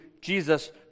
Jesus